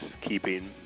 keeping